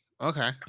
okay